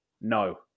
No